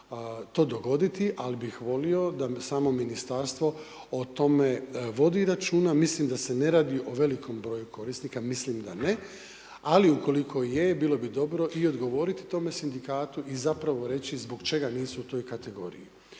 to dogoditi, ali bih volio da samo ministarstvo o tome vodi računa, mislim da se ne radi o velikom broju korisnika, mislim da ne, ali ukoliko je bilo bi dobro odgovoriti tome sindikatu i zapravo reći zbog čega nisu u toj kategoriji.